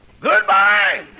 Goodbye